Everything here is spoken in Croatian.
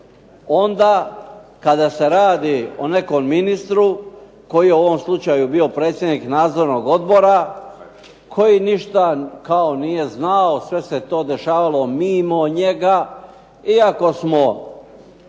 onda kada se radi o nekom ministru koji je u ovom slučaju bio predsjednik nadzornog odbora koji ništa kao nije znao, sve se to dešavalo mimo njega iako smo